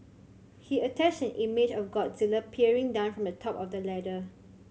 he attached an image of Godzilla peering down from the top of the ladder